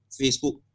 Facebook